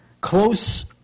Close